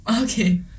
Okay